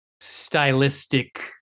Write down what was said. stylistic